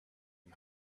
him